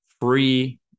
free